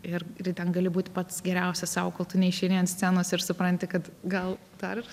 ir irgi ten gali būt pats geriausias sau kol tu neišeini ant scenos ir supranti kad gal dar